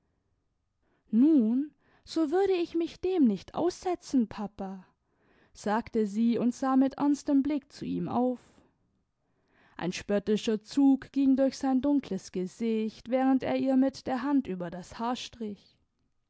nun so würde ich mich dem nicht aussetzen papa sagte sie und sah mit ernstem blick zu ihm auf ein spöttischer zug ging durch sein dunkles gesicht während er ihr mit der hand über das haar